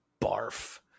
barf